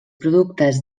productes